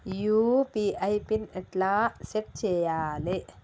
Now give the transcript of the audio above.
UPI pin ఎట్లా set చేయాలే?